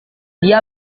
dia